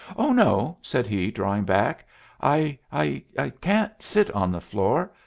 oh, no, said he, drawing back i i can't sit on the floor.